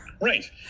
right